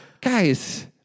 Guys